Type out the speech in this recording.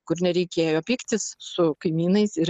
kur nereikėjo pyktis su kaimynais ir